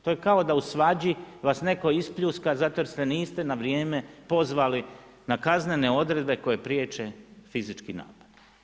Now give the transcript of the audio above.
To je kao da u svađi vas netko ispljuska zato jer se niste na vrijeme pozvali na kaznene odredbe koje priječe fizički napad.